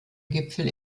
gipfel